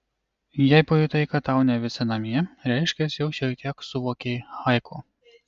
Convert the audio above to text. jei pajutai kad tau ne visi namie reiškia jau šiek tiek suvokei haiku